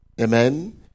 Amen